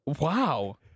Wow